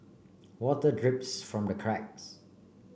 water drips from the cracks